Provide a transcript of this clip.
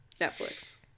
Netflix